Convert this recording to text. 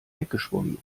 weggeschwommen